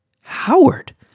Howard